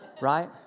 Right